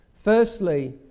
Firstly